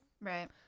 right